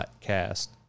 cast